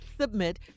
Submit